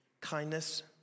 kindness